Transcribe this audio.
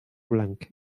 blanc